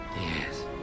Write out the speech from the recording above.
Yes